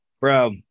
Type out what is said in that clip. bro